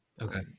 Okay